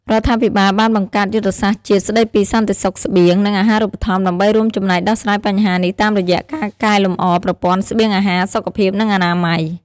រដ្ឋាភិបាលបានបង្កើត យុទ្ធសាស្ត្រជាតិស្តីពីសន្តិសុខស្បៀង និងអាហារូបត្ថម្ភ ដើម្បីរួមចំណែកដោះស្រាយបញ្ហានេះតាមរយៈការកែលម្អប្រព័ន្ធស្បៀងអាហារ សុខភាព និងអនាម័យ។